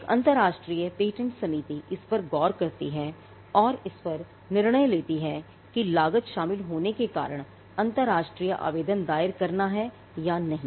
एक अंतरराष्ट्रीय पेटेंट समिति इस पर गौर करती है और इस पर निर्णय लेती है कि लागत शामिल होने के कारण अंतरराष्ट्रीय आवेदन दायर करना है या नहीं